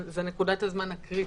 זו נקודת הזמן הקריטית.